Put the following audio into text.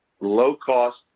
low-cost